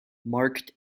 marked